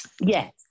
Yes